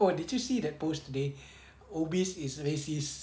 oh did you see that post today obese is racist